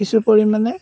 কিছু পৰিমাণে